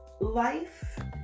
life